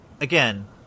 again